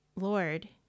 Lord